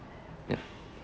ya